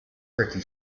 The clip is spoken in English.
pretty